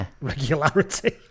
regularity